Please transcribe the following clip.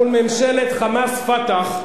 ממשלת "חמאס"-"פתח"